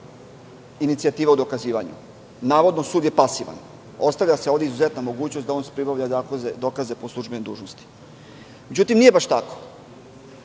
inicijativa o dokazivanju. Navodno sud je pasivan. Ostavlja se ovde izuzetna mogućnost da on pribavlja dokaze po službenoj dužnosti. Međutim, nije baš tako.